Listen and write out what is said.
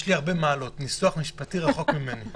יש לי הרבה מעלות, ניסוח משפטי רחוק ממני,